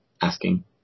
Asking